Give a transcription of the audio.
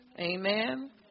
Amen